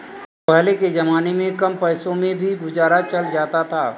पहले के जमाने में कम पैसों में भी गुजारा चल जाता था